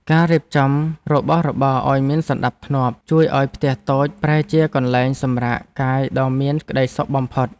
ការរៀបចំរបស់របរឱ្យមានសណ្តាប់ធ្នាប់ជួយឱ្យផ្ទះតូចប្រែជាកន្លែងសម្រាកកាយដ៏មានក្តីសុខបំផុត។